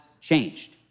changed